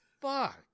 fuck